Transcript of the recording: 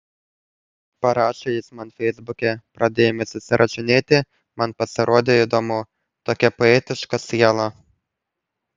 parašė jis man feisbuke pradėjome susirašinėti man pasirodė įdomu tokia poetiška siela